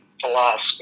philosophy